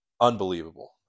Unbelievable